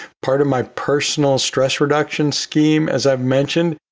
part of my personal stress reduction scheme, as i've mentioned,